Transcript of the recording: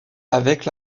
avec